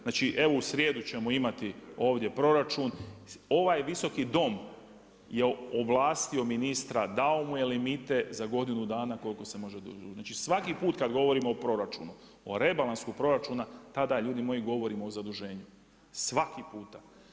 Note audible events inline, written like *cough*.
Znači evo u srijedu ćemo imati ovdje proračun, ovaj Visoki dom je ovlastio ministra, dao mu je limite za godinu dana koliko se može … *unintelligible* Znači svaki put kada govorimo o proračunu, o rebalansu proračuna, tada ljudi moji govorimo o zaduženju, svaki puta.